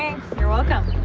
you're welcome.